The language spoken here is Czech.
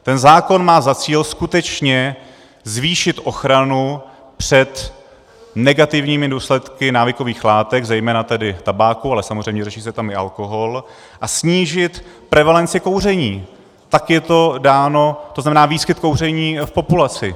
Ten zákon má za cíl skutečně zvýšit ochranu před negativními důsledky návykových látek, zejména tedy tabáku, ale samozřejmě řeší se tam i alkohol, a snížit prevalenci kouření, to znamená výskyt kouření v populaci.